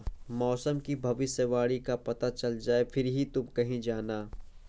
मौसम की भविष्यवाणी का पता चल जाए फिर ही तुम कहीं जाना